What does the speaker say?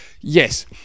Yes